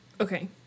Okay